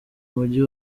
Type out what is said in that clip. mujyi